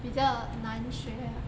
比较难学啊